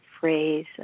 phrase